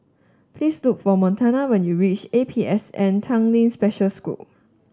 please look for Montana when you reach A P S N Tanglin Special School